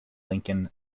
lincoln